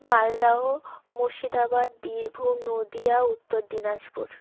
Malda Murshidabad Birbhum Nadia Uttar Dinajpur